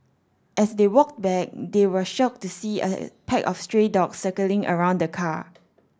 as they walked back they were shocked to see a pack of stray dogs circling around the car